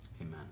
amen